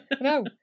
No